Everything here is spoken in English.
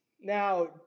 Now